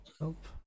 nope